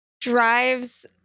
drives